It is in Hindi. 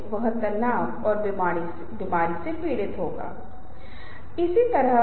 ये विभिन्न घटक हैं जो अनुसंधान के माध्यम से प्रेरक संचार में सफल पाए गए हैं